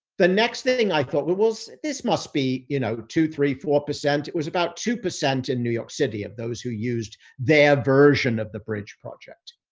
the next thing i thought we will, this must be, you know, two, three, four percent. it was about two percent in new york city of those who used their version of the bridge project.